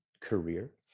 Career